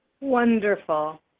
Wonderful